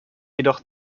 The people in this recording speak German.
jedoch